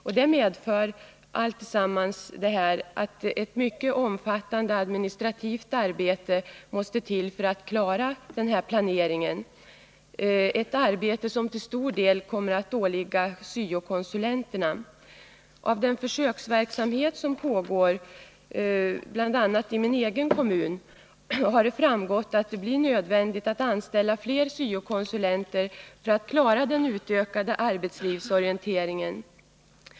Allt detta medför ett mycket omfattande administrativt arbete, som till stor del kommer att åligga SYO-konsulenterna. Av den försöksverksamhet som pågår, bl.a. i min egen kommun, har det framgått att det blir nödvändigt att anställa fler SYO-konsulenter för att klara den utökade arbetslivsorienteringen.